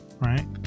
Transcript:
Right